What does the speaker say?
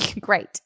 Great